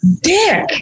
Dick